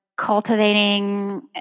cultivating